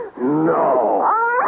No